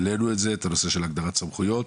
העלינו את זה, את הנושא של הגדרת סמכויות.